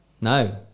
no